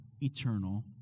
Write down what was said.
eternal